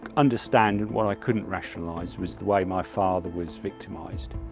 understand and what i couldn't rationalise was the way my father was victimised.